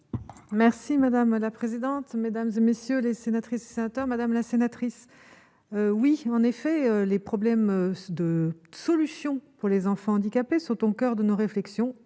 Merci madame la présidente, mesdames et messieurs les sénatrices sénateurs madame la sénatrice oui en effet, les problèmes de solutions pour les enfants handicapés sont au coeur de nos réflexions